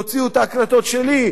תוציאו את ההקלטות שלי,